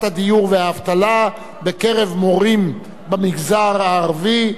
הדיור והאבטלה בקרב מורים במגזר הערבי,